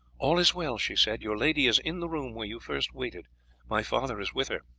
all is well, she said your lady is in the room where you first waited my father is with her.